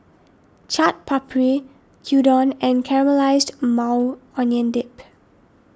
Chaat Papri Gyudon and Caramelized Maui Onion Dip